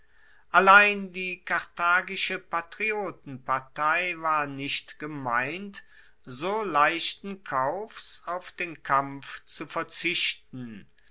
allein die karthagische patriotenpartei war nicht gemeint so leichten kaufs auf den kampf zu verzichten